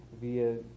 via